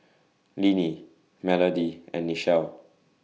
Linnie Melody and Nichelle